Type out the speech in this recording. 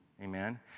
Amen